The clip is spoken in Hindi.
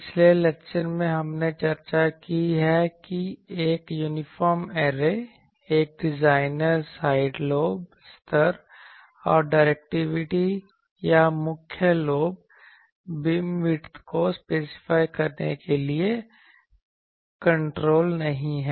पिछले लेक्चर में हमने चर्चा की है कि एक यूनिफॉर्म ऐरे एक डिजाइनर साइड लोब स्तर और डायरेक्टिविटी या मुख्य लोब बीमविड्थ को स्पेसिफाइ करने के लिए पर्याप्त कंट्रोल नहीं है